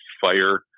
fire